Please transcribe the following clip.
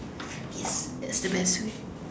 yes that's the best way